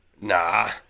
Nah